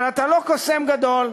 אבל אתה לא קוסם גדול,